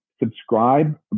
Subscribe